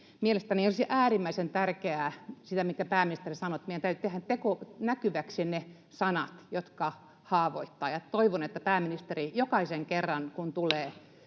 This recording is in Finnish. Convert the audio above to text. Mielestäni olisi äärimmäisen tärkeää se, minkä pääministeri sanoi, että meidän täytyy tehdä teko näkyväksi, ne sanat, jotka haavoittavat, ja toivon, että pääministeri